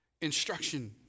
Instruction